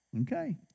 Okay